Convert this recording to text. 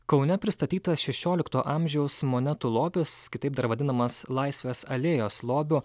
kaune pristatytas šešiolikto amžiaus monetų lobis kitaip dar vadinamas laisvės alėjos lobiu